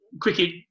Cricket